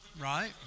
Right